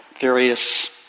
various